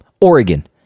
Oregon